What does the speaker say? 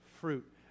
fruit